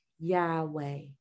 Yahweh